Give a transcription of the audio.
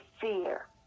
fear